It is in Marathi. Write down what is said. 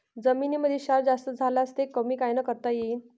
जमीनीमंदी क्षार जास्त झाल्यास ते कमी कायनं करता येईन?